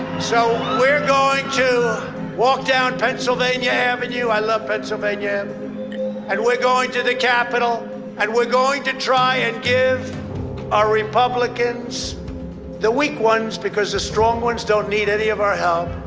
so we're going to walk down pennsylvania avenue. i love pennsylvania avenue and we're going to the capitol and we're going to try and give a republicans the weak ones, because the strong ones don't need any of our help,